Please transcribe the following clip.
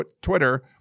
Twitter